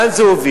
לאן זה הוביל?